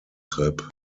trip